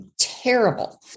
terrible